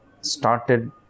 started